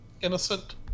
innocent